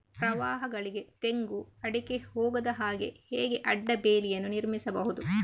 ಪ್ರವಾಹಗಳಿಗೆ ತೆಂಗು, ಅಡಿಕೆ ಹೋಗದ ಹಾಗೆ ಹೇಗೆ ಅಡ್ಡ ಬೇಲಿಯನ್ನು ನಿರ್ಮಿಸಬಹುದು?